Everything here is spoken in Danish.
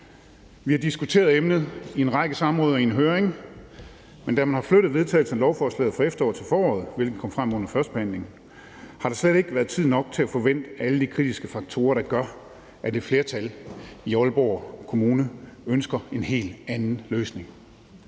Vi har diskuteret emnet i en række samråd og i en høring, men da man har flyttet vedtagelsen af lovforslaget fra efteråret til foråret, hvilket kom frem under førstebehandlingen, har der slet ikke været tid nok til at få vendt alle de kritiske faktorer, der gør, at et flertal i Aalborg Kommune ønsker en helt anden løsning,